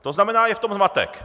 To znamená, je v tom zmatek.